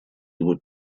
его